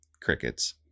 crickets